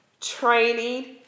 training